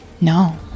No